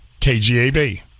KGAB